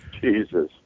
Jesus